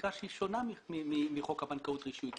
חקיקה שהיא שונה מחוק הבנקאות (רישוי)